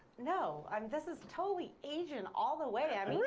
no. and this is totally asian all the way. i mean.